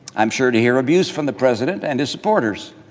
i'm sure to hear abuse from the president and his supporters.